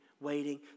waiting